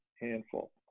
handful